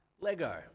lego